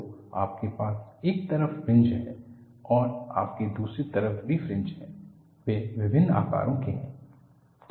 तो आपके पास एक तरफ फ्रिंज हैं और आपके दूसरी तरफ भी फ्रिंज है वे विभिन्न आकारों के हैं